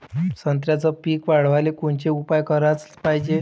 संत्र्याचं पीक वाढवाले कोनचे उपाव कराच पायजे?